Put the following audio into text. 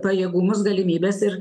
pajėgumus galimybes ir